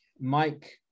Mike